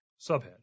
Subhead